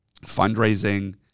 fundraising